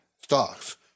stocks